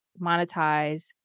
monetize